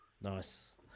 nice